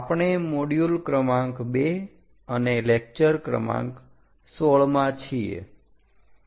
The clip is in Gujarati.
આપણે મોડ્યુલ ક્રમાંક 2 અને લેકચર ક્રમાંક 16 માં છીએ